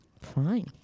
Fine